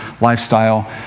lifestyle